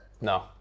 No